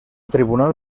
tribunal